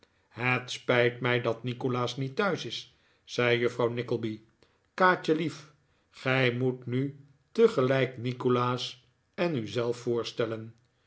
het spijt mij dat nikolaas niet thuis is zei juffrouw nickleby kaatjelief gij moet nu tegelijk nikolaas en u zelf voorstellen